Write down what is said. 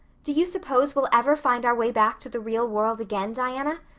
do you suppose we'll ever find our way back to the real world again, diana?